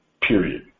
Period